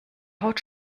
haut